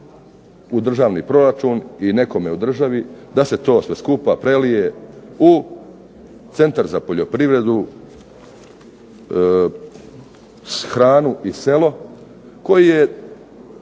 u državni proračun i nekome u državi da se to sve skupa prelije u Centar za poljoprivredu, hranu i selo koji je